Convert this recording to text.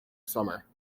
summer